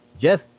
Jeff